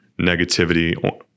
negativity